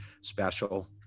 special